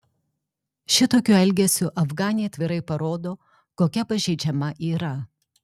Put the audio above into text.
šitokiu elgesiu afganė atvirai parodo kokia pažeidžiama yra